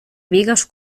bigues